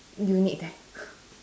unit there